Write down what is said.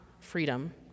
freedom